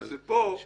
יש